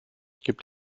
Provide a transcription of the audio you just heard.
gibt